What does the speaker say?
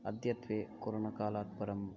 अद्यत्वे कोरोनाकालात् परम्